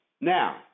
Now